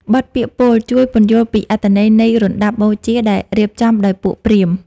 បទពាក្យពោលជួយពន្យល់ពីអត្ថន័យនៃរណ្ដាប់បូជាដែលរៀបចំដោយពួកព្រាហ្មណ៍។